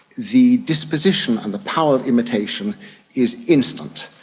the disposition and the power of imitation is instant.